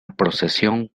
procesión